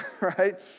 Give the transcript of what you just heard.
right